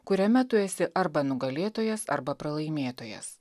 kuriame tu esi arba nugalėtojas arba pralaimėtojas